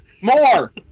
More